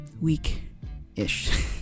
week-ish